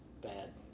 bad